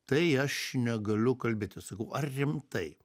tai aš negaliu kalbėti sakau ar rim tai